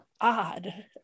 odd